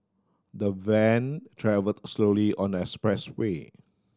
the van travelled slowly on their expressway